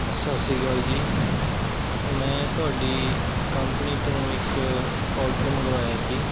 ਸਤਿ ਸ਼੍ਰੀ ਅਕਾਲ ਜੀ ਮੈਂ ਤੁਹਾਡੀ ਕੰਪਨੀ ਤੋਂ ਇੱਕ ਔਡਰ ਮੰਗਾਇਆ ਸੀ